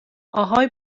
اهای